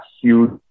huge